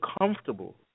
comfortable